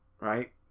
right